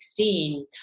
2016